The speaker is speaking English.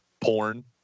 porn